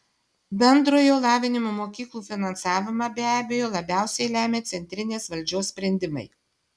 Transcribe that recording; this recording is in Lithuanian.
bendrojo lavinimo mokyklų finansavimą be abejo labiausiai lemia centrinės valdžios sprendimai